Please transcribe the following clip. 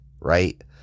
right